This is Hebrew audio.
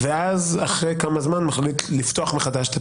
ואחרי כמה זמן מחליט לפתוח אותו מחדש.